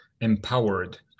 empowered